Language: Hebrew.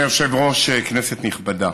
אדוני היושב-ראש, כנסת נכבדה,